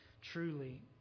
truly